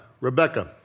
Rebecca